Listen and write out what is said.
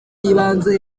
y’ibanze